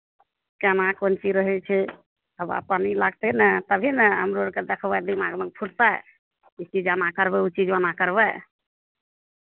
केना कोन चीज रहै छै हवा पानी लागतै ने तभी हमरो आर देखबै ने दिमागमे फुरतै ई चीज एना करबै ओ चीज ओना करबै